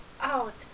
out